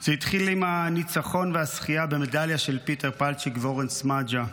זה התחיל עם הניצחון והזכייה במדליה של פיטר פלצ'יק ואורן סמדג'ה.